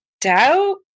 doubt